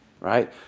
right